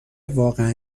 واقعا